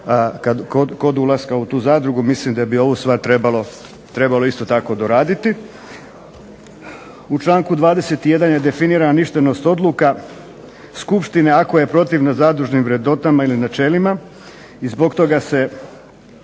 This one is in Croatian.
kod ulaska u tu zadrugu. Mislim da bi ovu stvar trebalo isto tako doraditi. U članku 21. je definirana …/Ne razumije se./… skupština ako je protivna zadružnim vrednotama ili načelima, i zbog toga se